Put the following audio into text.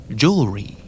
jewelry